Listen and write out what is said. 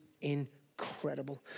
incredible